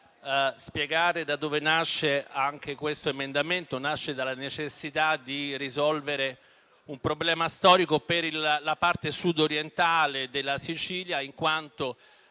spiegare che la proposta emendativa nasce dalla necessità di risolvere un problema storico per la parte sud orientale della Sicilia, in quanto